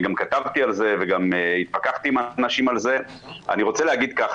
כתבתי על זה והתווכחתי עם אנשים על זה ואני רוצה להגיד כך,